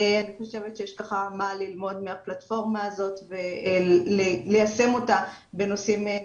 אני חושבת שיש מה ללמוד מהפלטפורמה הזאת וליישם אותה בנושאים נוספים.